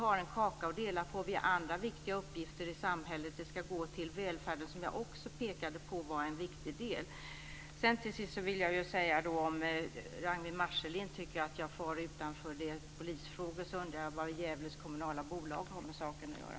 Den skall också gå till andra viktiga uppgifter i samhället. Välfärden är också en viktig del. Ragnwi Marcelind tycker att jag talar om sådant som ligger utanför polisfrågorna. Men vad har Gävles kommunala bolag med saken att göra?